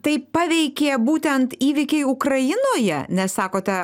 tai paveikė būtent įvykiai ukrainoje nes sakote